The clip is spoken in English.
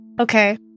okay